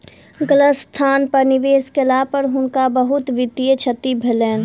गलत स्थान पर निवेश केला पर हुनका बहुत वित्तीय क्षति भेलैन